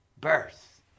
birth